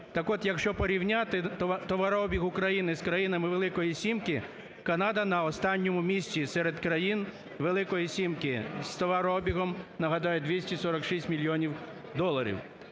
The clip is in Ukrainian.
так от якщо порівняти товарообіг України з країнами "Великої сімки", Канада на останньому місці серед країн "Великої сімки" з товарообігом, нагадаю, 246 мільйонів доларів.